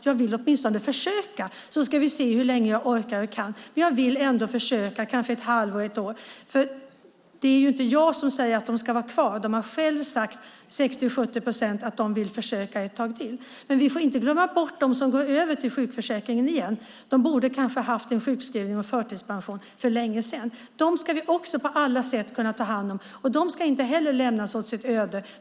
Jag vill åtminstone försöka, så ska vi se hur länge jag orkar och kan - kanske ett halvår eller ett år. Det är inte jag som säger att de ska vara kvar. 60-70 procent av dem själva har sagt att de vill försöka ett tag till. Men vi får inte glömma bort dem som går över till sjukförsäkringen igen. De borde kanske ha fått sjukskrivning och förtidspension för länge sedan. Dem ska vi också på alla sätt kunna ta hand om. De ska inte heller lämnas åt sitt öde.